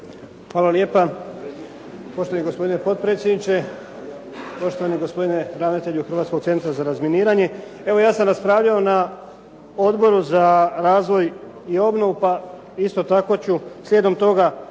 Hvala lijepa, poštovani gospodine potpredsjedniče, poštovani gospodine ravnatelju Hrvatskog centra za razminiranje. Evo ja sam raspravljao na Odboru za razvoj i obnovu pa isto tako ću slijedom toga